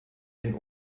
den